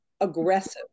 aggressive